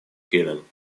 healing